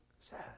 sad